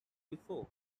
before